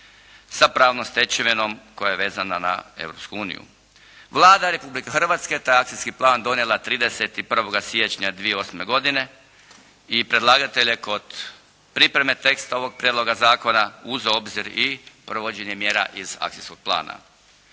sa pravnom stečevinom koja je vezana na Europsku uniju. Vlada Republike Hrvatske taj je Akcijski plan donijela 31. siječnja 2008. godine i predlagatelj je kod pripreme teksta ovoga prijedloga zakona uzeo u obzir i provođenje mjera iz akcijskog plana.